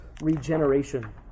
regeneration